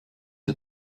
ihr